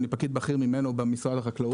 אני פקיד בכיר ממנו במשרד החקלאות.